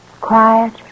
Quiet